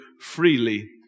freely